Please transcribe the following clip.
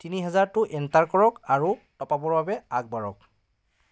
তিনি হেজাৰটো এণ্টাৰ কৰক আৰু টপআপৰ বাবে আগবাঢ়ক